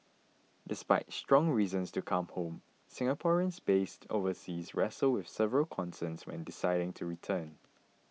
despite strong reasons to come home Singaporeans based overseas wrestle with several concerns when deciding to return